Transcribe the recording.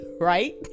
Right